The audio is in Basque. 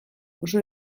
oso